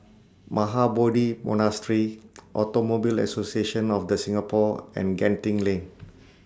Mahabodhi Monastery Automobile Association of The Singapore and Genting Lane